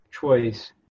choice